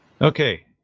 Okay